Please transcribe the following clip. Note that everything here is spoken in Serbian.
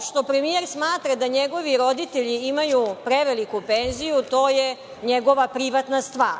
što premijer smatra da njegovi roditelji imaju preveliku penziju, to je njegova privatna stvar.